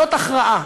זאת הכרעה.